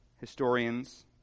historians